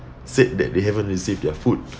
said that they haven't received their food